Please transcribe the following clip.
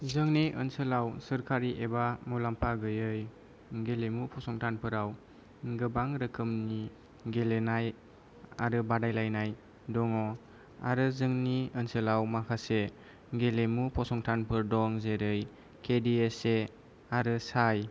जोंनि ओनसोलाव सोरखारि एबा मुलाम्फा गैयै गेलेमु फसंथानफोराव गोबां रोखोमनि गेलेनाय आरो बादायलायनाय दङ आरो जोंनि ओनसोलाव माखासे गेलेमु फसंथानफोर दं जेरै के दि एस ए आरो साइ